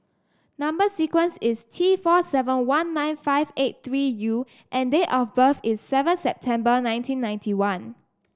number sequence is T four seven one nine five eight three U and date of birth is seven September nineteen ninety one